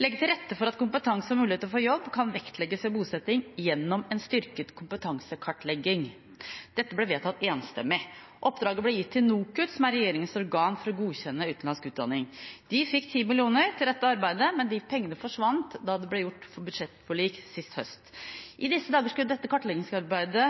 Legge til rette for at kompetanse og mulighet for jobb kan vektlegges ved bosetting, gjennom en styrket kompetansekartlegging.» – Dette ble vedtatt enstemmig. Oppdraget ble gitt til NOKUT, som er regjeringens organ for å godkjenne utenlandsk utdanning. De fikk 10 mill. kr til dette arbeidet, men de pengene forsvant da det ble inngått budsjettforlik sist høst. I disse dager skulle dette kartleggingsarbeidet